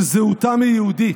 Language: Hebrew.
שזהותם היא יהודית,